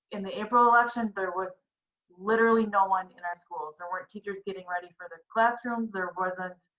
in the april election there was literally no one in our schools. there weren't teachers getting ready for their classrooms. there wasn't